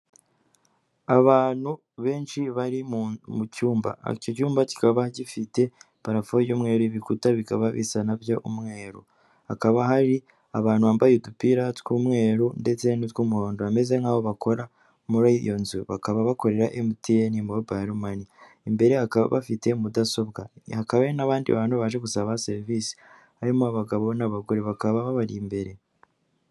Abantu benshi bari mu cyumba, icyo cyumba kikaba gifite parafo y'umweru bikuta bikaba bisa nabyo umweru, hakaba hari abantu bambaye udupira tw'umweru ndetse n'urw'umuhondo, bameze nk'aho bakora muri iyo nzu, bakaba bakorera emutiyeni mobiyiro mani, imbere bakaba bafite mudasobwa, hakaba hari n'abandi bantu baje gusaba serivisi harimo abagabo n'abagore bakaba babari imbere.